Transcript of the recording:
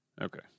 Okay